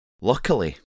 Luckily